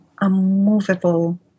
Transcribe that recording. unmovable